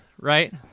right